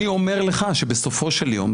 אני אומר לך שבסופו של יום,